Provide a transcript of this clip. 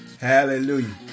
hallelujah